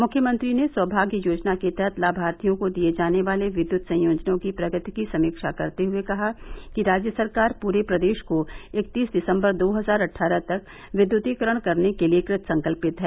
मुख्यमंत्री ने सौभाग्य योजना के तहत लामार्थियों को दिये जाने वाले विद्युत संयोजनों की प्रगति की समीक्षा करते हुए कहा कि राज्य सरकार पूरे प्रदेश को इकतीस दिसम्बर दो हजार अटठारह तक विद्यतीकरण करने के लिए कृत संकल्यित है